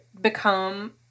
become